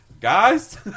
guys